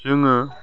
जोङो